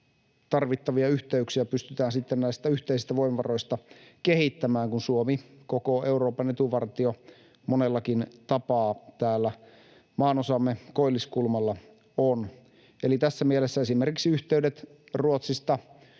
tarvittavia yhteyksiä pystytään näistä yhteisistä voimavaroista kehittämään, kun Suomi koko Euroopan etuvartio monellakin tapaa täällä maanosamme koilliskulmalla on. Eli tässä mielessä esimerkiksi yhteydet Ruotsista,